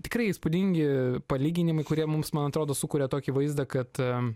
tikrai įspūdingi palyginimai kurie mums man atrodo sukuria tokį vaizdą kad